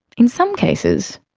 in some cases,